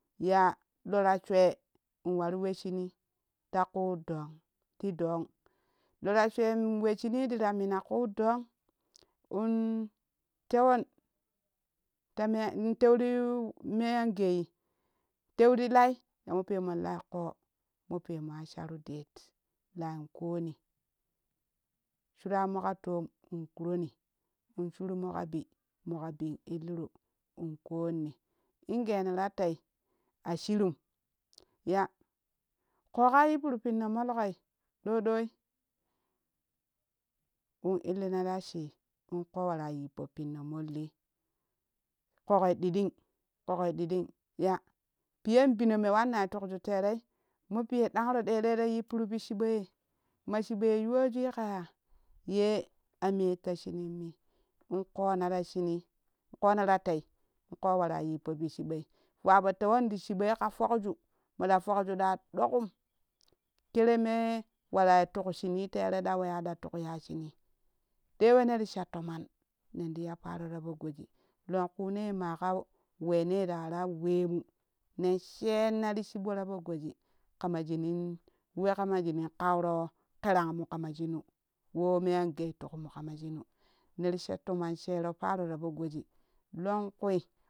Ya loraswee in wari we shu nui ta kut dong ti dong lora sween we shuni tira mina kut dong tewon ta me an in teuri me an geyi teuri lai yamo pemon lau ƙoo moo pemo wa sharu def lain koni shura mooka tom in kurani in shurmoo ka bii morka bii in illiru in konni ingena ra tei ashirun ya ƙoo kewa yipporo pinno molkei ɗo ɗoi in illina ra shii in ƙoo wara yippo pinno mollii ƙoƙoi ɗiɗin ƙoƙoi ɗiɗin ya piyen pino me wannan tukdu terei moo piye ɗanro ɗeɗeiti yippiru pi chiɓoiye ma chiɓoye yuwojui ƙa ya ye a meta shunimmi in ƙona ta shunii in ƙona ta tei in ko wara jippo pi chiboi fuwapi tewon ti chiboi ka pokj moɗa pokju ɗa ɗokum kereme warai tuk shunii terei ɗa weya ɗa tukya shunii te we ner sha tomon nenti ya paro ta poo goji lonkune maƙa wene rara wemu nen shenma ti chiɓono ta poo goji ƙama shinan we ƙama shinin kauro kerangmu kama shiru wo me angei tukmu kamashinu neri sha tomon sheroo paroo ta poo goji longkui.